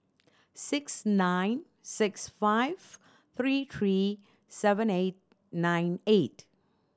six nine six five three three seven eight nine eight